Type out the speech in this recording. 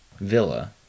Villa